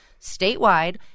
statewide